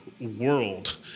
world